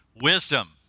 Wisdom